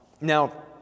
Now